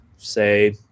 Say